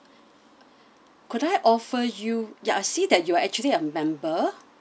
could I offer you ya I see that you are actually a member